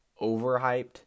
overhyped